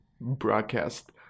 broadcast